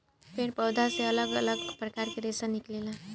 पेड़ पौधा से अलग अलग प्रकार के रेशा निकलेला